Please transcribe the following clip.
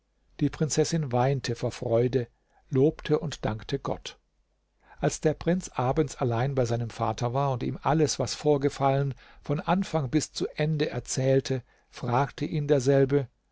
die prinzessin weinte vor freude lobte und dankte gott als der prinz abends allein bei seinem vater war und ihm alles was vorgefallen von anfang bis zu ende erzählte fragte ihn derselbe